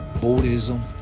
Buddhism